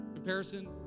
comparison